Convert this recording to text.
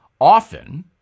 often